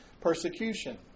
persecution